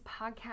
podcast